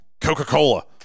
coca-cola